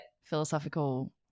philosophical